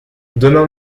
demain